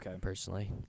personally